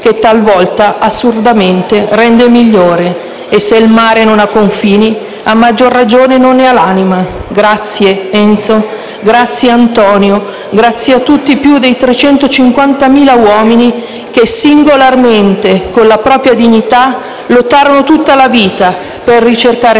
Grazie Enzo, grazie Antonio, grazie a tutti i più di 350.000 uomini che singolarmente, con la propria dignità, lottarono tutta la vita per ricercare se